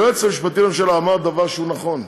היועץ המשפטי לממשלה אמר דבר שהוא נכון.